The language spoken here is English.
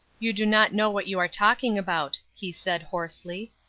you do not know what you are talking about, he said, hoarsely.